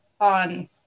on